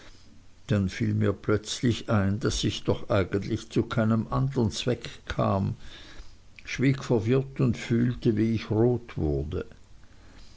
dann fiel mir plötzlich ein daß ich doch eigentlich zu keinem andern zweck kam schwieg verwirrt und fühlte wie ich rot wurde